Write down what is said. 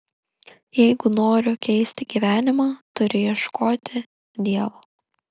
jeigu noriu keisti gyvenimą turiu ieškoti dievo